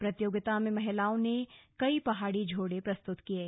प्रतियोगिता में महिलाओं ने कई पहाड़ी झोड़े प्रस्तुत किये